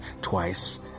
twice